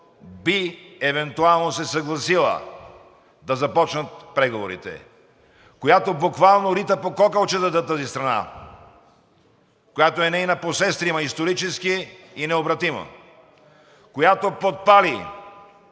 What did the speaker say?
би евентуално се съгласила да започнат преговорите, която буквално рита по кокалчетата тази страна, която е нейна посестрима исторически и необратимо, която подпали